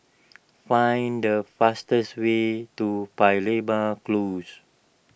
find the fastest way to Paya Lebar Close